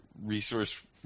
resource